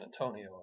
Antonio